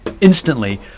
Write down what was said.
instantly